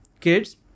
kids